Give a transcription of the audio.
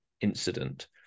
incident